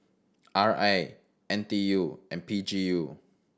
R A N T U and P G U